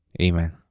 amen